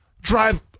drive